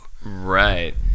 Right